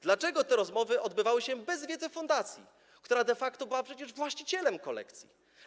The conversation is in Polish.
Dlaczego te rozmowy odbywały się bez wiedzy fundacji, która de facto była przecież właścicielem kolekcji?